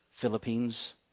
Philippines